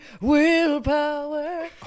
Willpower